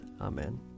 Amen